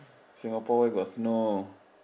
Singapore where got snow